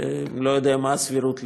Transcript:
ואני לא יודע מה הסבירות לזה.